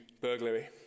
burglary